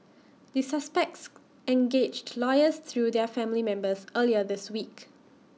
the suspects engaged lawyers through their family members earlier this week